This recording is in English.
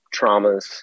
traumas